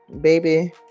baby